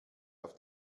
auf